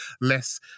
less